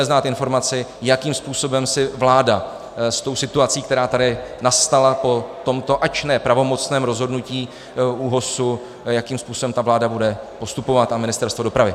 Chceme znát informaci, jakým způsobem si vláda s tou situací, která tady nastala po tomto ač ne pravomocném rozhodnutí ÚOHS, jakým způsobem vláda bude postupovat, a Ministerstvo dopravy.